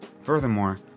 Furthermore